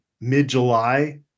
mid-July